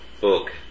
book